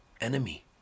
enemy